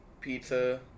pizza